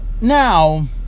now